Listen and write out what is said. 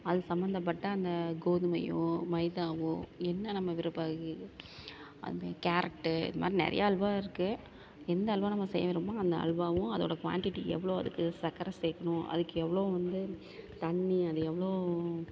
அது சம்மந்தப்பட்ட அந்த கோதுமையோ மைதாவோ என்ன நம்ம விருப்ப இது அந்த கேரட்டு இந்த மாதிரி நிறையா அல்வா இருக்குது எந்த அல்வா நம்ம செய்ய விரும்புகிறோமோ அந்த அல்வாவும் அதோட குவாண்டிட்டி எவ்வளோ அதுக்கு சர்க்கரை சேர்க்கணும் அதுக்கு எவ்வளோ வந்து தண்ணி அது எவ்வளோ